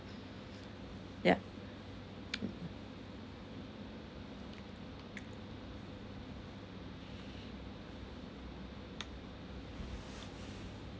yeah